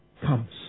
comes